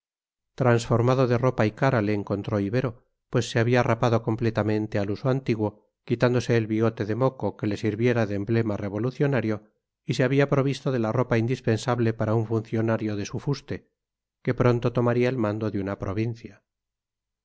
transformado de ropa y cara le encontró ibero pues se había rapado completamente al uso antiguo quitándose el bigote de moco que le sirviera de emblema revolucionario y se había provisto de la ropa indispensable para un funcionario de su fuste que pronto tomaría el mando de una provincia